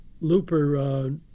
Looper